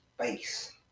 face